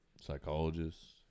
Psychologists